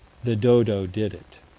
the dodo did it.